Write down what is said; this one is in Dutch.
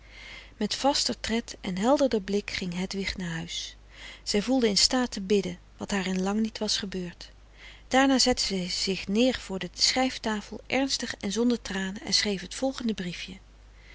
met vaster tred en helderder blik ging hedwig naar huis zij voelde in staat te bidden wat haar in lang niet was gebeurd daarna zette zij zich neer voor de schrijftafel ernstig en zonder tranen en schreef het volgende briefje